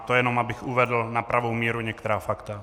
To jenom, abych uvedl na pravou míru některá fakta.